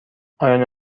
آیا